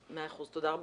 מאה אחוז, תודה רבה.